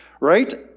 right